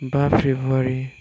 बा फेब्रुवारि